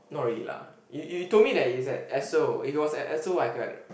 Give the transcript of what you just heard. not really lah you you told me that is at Esso it was at Esso I could had